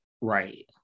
Right